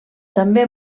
també